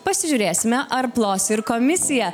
pasižiūrėsime ar plos ir komisija